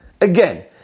Again